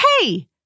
Hey